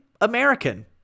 American